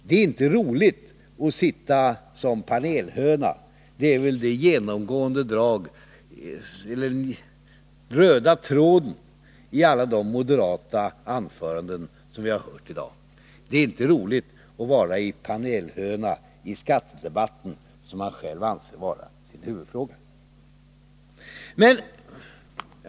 Det är inte roligt att sitta som panelhöna — det är väl den röda tråden i alla de moderata anföranden som vi har hört i dag. Det är inte roligt att vara en panelhöna i skattedebatten, som man själv anser vara en huvudfråga.